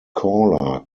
caller